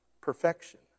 perfection